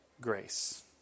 grace